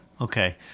Okay